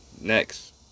next